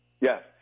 Yes